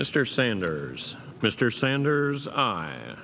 mr sanders mr sanders